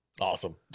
Awesome